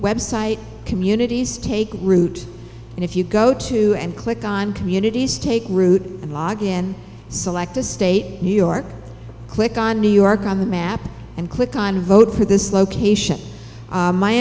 website communities take root and if you go to and click on communities take root and log in and select a state new york click on new york on the map and click on vote for this location